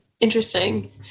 Interesting